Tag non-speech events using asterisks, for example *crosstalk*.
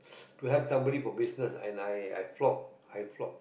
*breath* to help somebody for business and I I flop I flop